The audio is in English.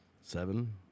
seven